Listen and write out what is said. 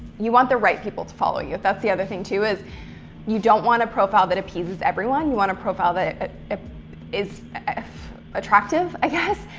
you want the right people to follow you. that's the other thing too, is you don't want a profile that appeases everyone. you want a profile that is attractive, i guess,